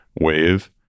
wave